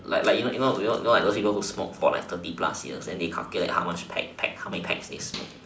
like like you know you know those people who smoke for like thirty years plus then they calculate how much pack pack how many packs they smoke